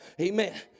Amen